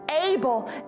able